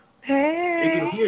Hey